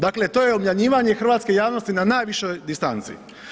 Dakle, to je obmanjivanje hrvatske javnosti na najvišoj distanci.